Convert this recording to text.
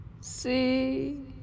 See